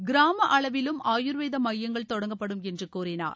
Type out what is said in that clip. கிராம அளவிலும் ஆயுர்வேத மையஙகள் தொடங்கப்படும் என்று கூறினார்